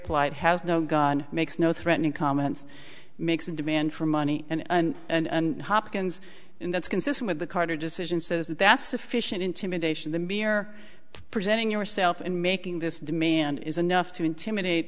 polite has no gun makes no threatening comments makes a demand for money and hopkins in that's consistent with the carter decision says that that's sufficient intimidation the mere presenting yourself in making this demand is enough to intimidate